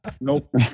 Nope